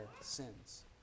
sins